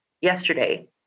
yesterday